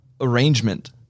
arrangement